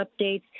updates